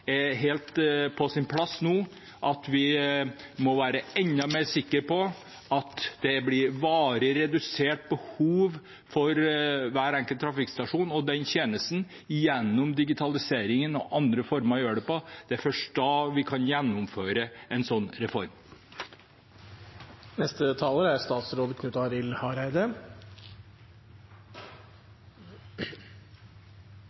er helt på sin plass nå. Vi må være enda sikrere på at det blir varig reduserte behov for hver enkelt trafikkstasjon og den tjenesten, gjennom digitaliseringen og andre måter å gjøre det på. Først da kan vi gjennomføre en